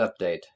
update